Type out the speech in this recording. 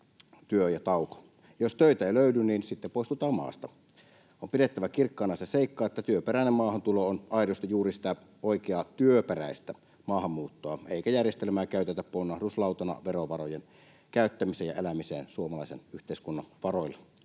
Jos töitä ei löydy, niin sitten poistutaan maasta. On pidettävä kirkkaana se seikka, että työperäinen maahantulo on aidosti juuri sitä oikeaa työperäistä maahanmuuttoa eikä järjestelmää käytetä ponnahduslautana verovarojen käyttämiseen ja elämiseen suomalaisen yhteiskunnan varoilla.